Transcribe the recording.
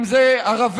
אם אלה ערבים,